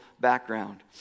background